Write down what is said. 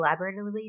collaboratively